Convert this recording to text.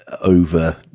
over